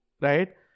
right